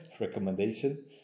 recommendation